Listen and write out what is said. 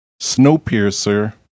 Snowpiercer